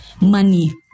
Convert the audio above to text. money